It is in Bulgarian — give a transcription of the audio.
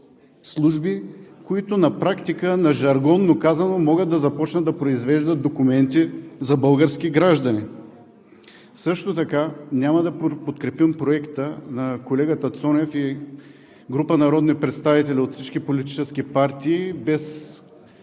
служби, които на практика, жаргонно казано, могат да започнат да произвеждат документи за български граждани. Също така няма да подкрепим Проекта на колегата Цонев и група народни представители от всички политически партии без